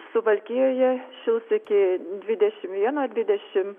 suvalkijoje šils iki dvidešimt vieno dvidešimt